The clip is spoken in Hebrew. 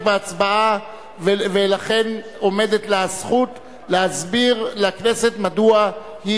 בהצבעה ולכן עומדת לה הזכות להסביר לכנסת מדוע.